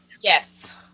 Yes